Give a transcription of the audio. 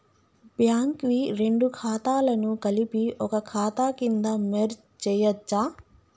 Bank వి రెండు ఖాతాలను కలిపి ఒక ఖాతా కింద మెర్జ్ చేయచ్చా?